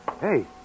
Hey